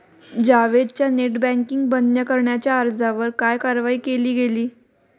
जावेदच्या net banking बंद करण्याच्या अर्जावर काय कारवाई केली गेली?